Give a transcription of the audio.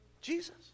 Jesus